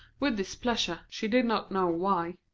with displeasure, she did not know why.